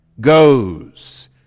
goes